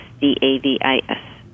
D-A-V-I-S